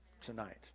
tonight